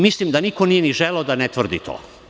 Mislim da niko nije ni želeo da ne tvrdi to.